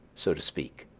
so to speak,